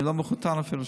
אני אפילו לא מכותב שם.